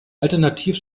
alternativ